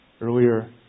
Earlier